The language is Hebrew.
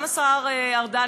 גם השר ארדן,